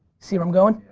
see where i'm goin'?